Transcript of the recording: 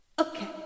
okay